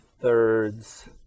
thirds